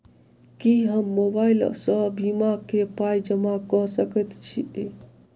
की हम मोबाइल सअ बीमा केँ पाई जमा कऽ सकैत छी?